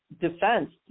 defense